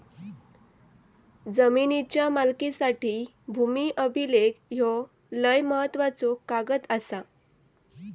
जमिनीच्या मालकीसाठी भूमी अभिलेख ह्यो लय महत्त्वाचो कागद आसा